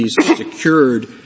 secured